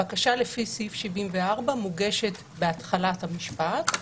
בקשה לפי סעיף 74 מוגשת בהתחלת המשפט,